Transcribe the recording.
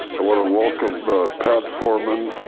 i wanna welcome pat fohrman